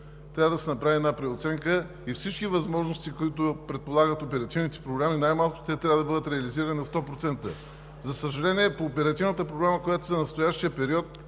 Трябва да се направи една преоценка и всички възможности, които предполагат оперативните програми, най-малкото те трябва да бъдат реализирани на 100%. За съжаление, по Оперативната програма в настоящия период